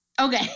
Okay